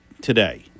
today